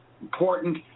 important